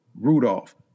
Rudolph